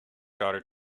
daughter